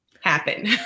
happen